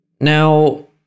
Now